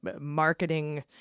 marketing